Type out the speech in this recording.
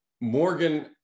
Morgan